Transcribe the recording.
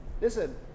Listen